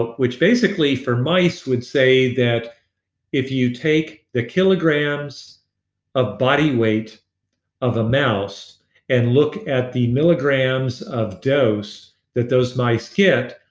which basically, for mice, would say that if you take the kilograms of body weight of a mouse and look at the milligrams of dose that those mice get,